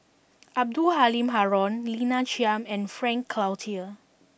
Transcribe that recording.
Abdul Halim Haron Lina Chiam and Frank Cloutier